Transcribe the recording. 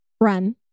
run